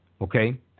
Okay